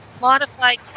modified